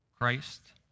Christ